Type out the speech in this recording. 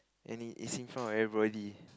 and and it's in front of everybody